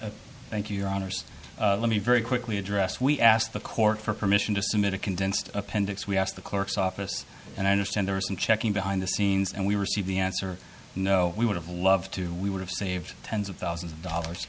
a thank you your honors let me very quickly address we asked the court for permission to submit a condensed appendix we asked the clerk's office and i understand there are some checking behind the scenes and we were the answer no we would have loved to we would have saved tens of thousands of dollars